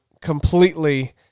completely